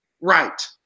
right